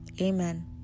amen